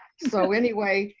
so anyway,